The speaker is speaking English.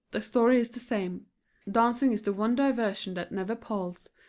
the story is the same dancing is the one diversion that never palls,